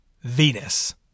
Venus